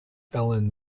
ellen